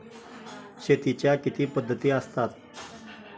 शेतीच्या किती पद्धती असतात?